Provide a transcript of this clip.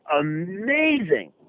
amazing